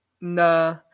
Nah